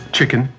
Chicken